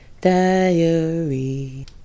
Diary